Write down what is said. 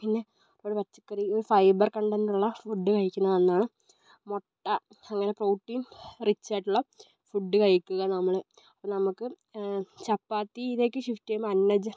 പിന്നെ നമ്മടെ പച്ചക്കറിയിൽ ഫൈബർ കണ്ടൻ്റ് ഉള്ള ഫുഡ് കഴിക്കുന്ന നല്ലതാണ് മുട്ട അങ്ങനെ പ്രോട്ടീൻ റിച്ച് ആയിട്ടുള്ള ഫുഡ് കഴിക്കുക നമ്മൾ അപ്പോൾ നമ്മൾക്ക് ചപ്പാത്തിലേക്ക് ഷിഫ്റ്റ് ചെയ്യുമ്പോൾ അന്നജം